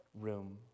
room